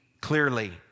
clearly